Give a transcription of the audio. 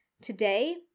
today